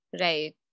right